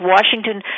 Washington